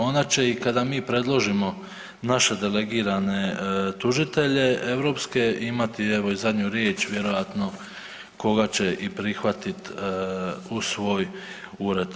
Ona će i kada mi predložimo naše delegirane tužitelje europske, imati evo i zadnju riječ vjerojatno koga će i prihvatit u svoj ured.